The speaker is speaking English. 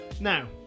Now